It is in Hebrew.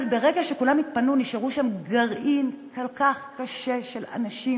אבל ברגע שכולם התפנו נשאר שם גרעין כל כך קשה של אנשים